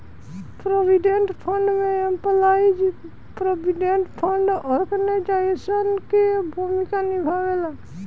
provident fund में employees provident fund organisation के भूमिका निभावेला